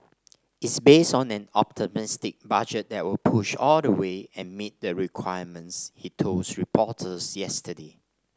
is based on an optimistic budget that will push all the way and meet the requirements he told reporters yesterday